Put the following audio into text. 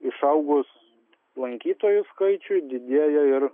išaugus lankytojų skaičiui didėja ir